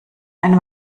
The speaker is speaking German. ein